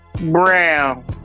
Brown